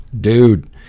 dude